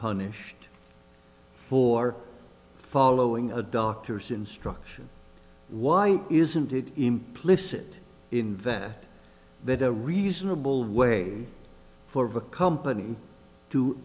punished for following a doctor's instructions why isn't it implicit in that that a reasonable way for a company to